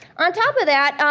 on top of that,